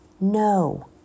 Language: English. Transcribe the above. no